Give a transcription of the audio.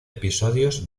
episodios